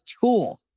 tool